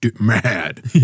mad